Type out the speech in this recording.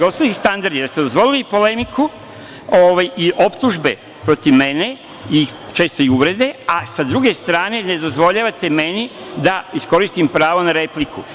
Dakle, dvostruki standard je da ste dozvolili polemiku i optužbe protiv mene, često i uvrede, a sa druge strane, ne dozvoljavate meni da iskoristim pravo na repliku.